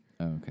Okay